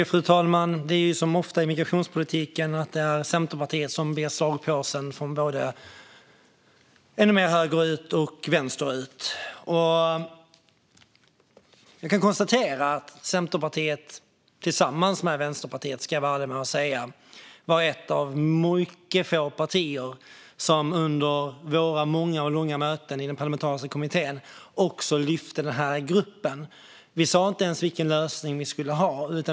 Fru talman! Det är som ofta i migrationspolitiken att det är Centerpartiet som blir slagpåsen för dem som står ännu mer högerut och vänsterut. Jag kan konstatera att Centerpartiet - tillsammans med Vänsterpartiet, ska jag vara ärlig med att säga - var ett av mycket få partier som under våra många och långa möten i den parlamentariska kommittén också lyfte fram den här gruppen. Vi sa inte ens vilken lösning vi skulle ha.